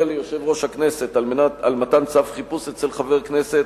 ליושב-ראש הכנסת על מתן צו חיפוש אצל חבר כנסת,